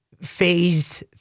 phase